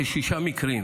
כשישה מקרים,